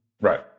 Right